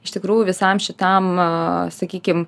iš tikrųjų visam šitam sakykime